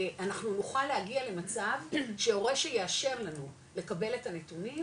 אנחנו נוכל להגיע למצב שהורה שיאשר לנו לקבל את הנתונים,